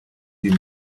die